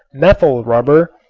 methyl rubber,